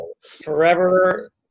forever